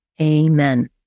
amen